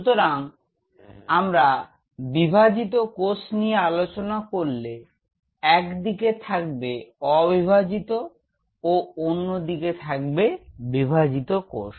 সুতরাং আমরা বিভাজিত কোষ নিয়ে আলোচনা করলে একদিকে থাকবে অবিভাজিত ও অন্যদিকে থাকবে বিভাজিত কোষ